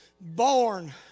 born